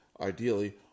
ideally